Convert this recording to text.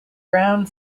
browne